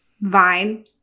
Vine